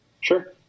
Sure